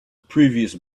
previous